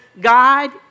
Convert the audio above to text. God